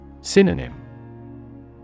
Synonym